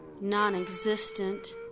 non-existent